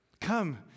Come